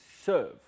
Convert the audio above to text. serve